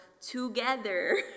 together